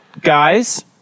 guys